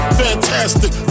fantastic